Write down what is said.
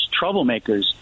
troublemakers